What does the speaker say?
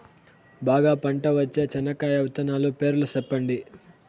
బాగా పంట వచ్చే చెనక్కాయ విత్తనాలు పేర్లు సెప్పండి?